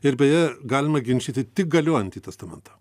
ir beje galima ginčyti tik galiojantį testamentą